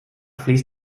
fließt